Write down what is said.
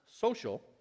social